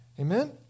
Amen